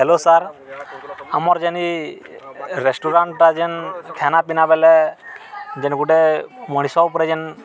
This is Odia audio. ହ୍ୟାଲୋ ସାର୍ ଆମର୍ ଯେନି ରେଷ୍ଟୁରାଣ୍ଟ୍ଟା ଯେନ୍ ଖାନାପିନା ବେଲେ ଯେନ୍ ଗୁଟେ ମଣିଷ ଉପରେ ଯେନ୍